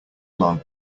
long